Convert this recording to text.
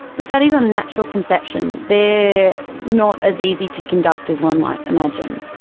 the studies on natural conception, they are not as easy to conduct as one might imagine.